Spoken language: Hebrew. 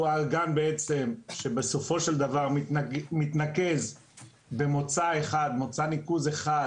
האגן בעצם שבסופו של דבר מתנקז במוצא ניקוז אחד,